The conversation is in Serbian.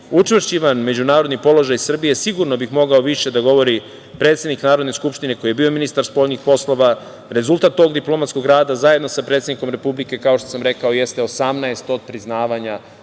učvršćivan međunarodni položaj Srbije sigurno bi mogao više da govori predsednik Narodne skupštine, koji je bio ministar spoljnih poslova. Rezultat tog diplomatskog rada, zajedno sa predsednikom Republike, kao što sam rekao, jeste 18 odpriznavanja,